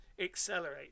accelerate